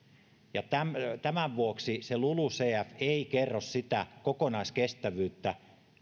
tämän tämän vuoksi lulucf ei kerro sitä kokonaiskestävyyttä